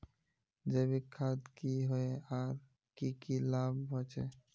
जैविक खाद की होय आर की की लाभ होचे?